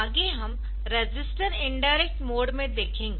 आगे हम register indirect mode में देखेंगे